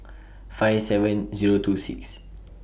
five seven Zero two six